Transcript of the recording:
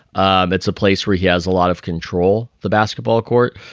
um it's a place where he has a lot of control. the basketball court.